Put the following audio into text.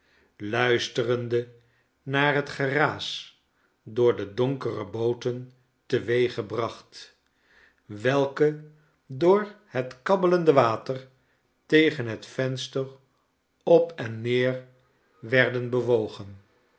luisterende naar het geraas door de donkere booten teweeggebracht welke door het kabbelende water tegen het venster op en neer werden bewogen